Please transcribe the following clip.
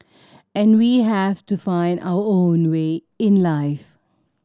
and we have to find our own way in life